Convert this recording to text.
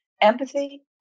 empathy